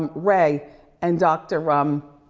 um ray and doctor. um